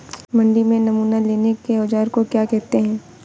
मंडी में नमूना लेने के औज़ार को क्या कहते हैं?